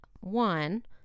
one